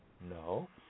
no